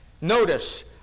notice